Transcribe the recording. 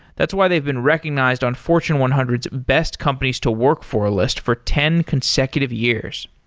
that's why they've been recognized on fortune one hundred s best companies to work for list for ten consecutive years.